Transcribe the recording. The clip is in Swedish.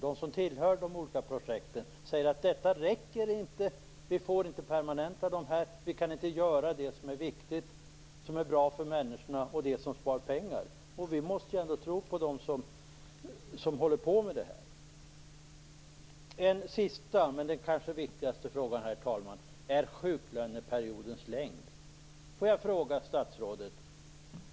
De som tillhör de olika projekten säger att det inte räcker, att projekten inte får permanentas och att dessa människor inte kan göra det som är viktigt, det som är bra för människorna och det som spar pengar. Och vi måste ändå tro på dem som arbetar med detta. Herr talman! Jag vill ställa ytterligare en fråga, som kanske är den viktigaste, om sjuklöneperiodens längd.